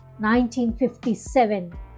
1957